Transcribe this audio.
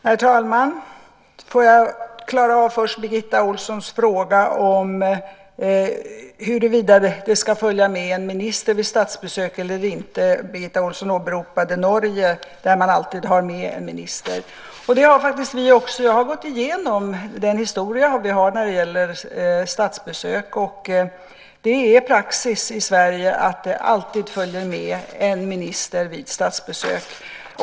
Herr talman! Får jag först klara av Birgitta Ohlssons fråga om huruvida det ska följa med en minister vid statsbesök eller inte. Birgitta Ohlsson åberopade Norge som alltid har med en minister. Det har faktiskt vi också. Jag har gått igenom den historia vi har när det gäller statsbesök. Det är praxis i Sverige att det alltid följer med en minister vid statsbesök.